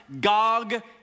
Gog